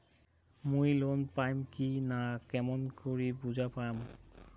মুই লোন পাম কি না কেমন করি বুঝা পাম?